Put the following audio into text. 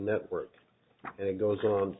network and it goes on